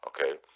Okay